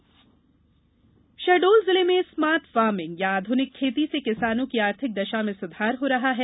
smart farming Shahdol Shahdol जिले में smart farming या आध्निक खेती से किसानो की आर्थिक दशा में सुधार हो रहा है